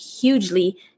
hugely